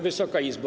Wysoka Izbo!